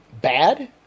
bad